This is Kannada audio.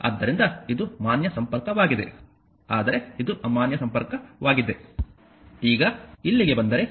ಆದ್ದರಿಂದ ಇದು ಮಾನ್ಯ ಸಂಪರ್ಕವಾಗಿದೆ ಆದರೆ ಇದು ಅಮಾನ್ಯ ಸಂಪರ್ಕವಾಗಿದೆ